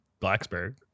Blacksburg